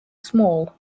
small